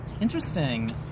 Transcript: Interesting